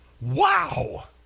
Wow